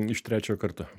iš trečio karto